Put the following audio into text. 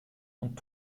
und